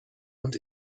und